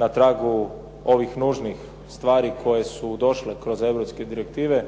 na tragu ovih nužnih stvari koje su došle kroz europske direktive